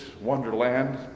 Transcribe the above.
wonderland